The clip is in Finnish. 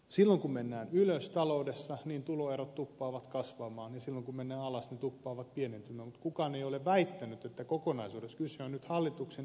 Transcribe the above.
silloin kun mennään ylös taloudessa tuloerot tuppaavat kasvamaan ja silloin kun mennään alas ne tuppaavat pienentymään mutta kukaan ei ole väittänyt että kokonaisuudessa kyse on nyt hallituksen esityksen muutoksista